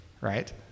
right